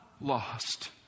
lost